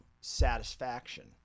satisfaction